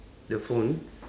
the phone